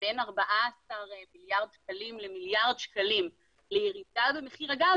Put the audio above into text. בין 14 מיליארד שקלים למיליארד שקלים לירידה במחיר הגז,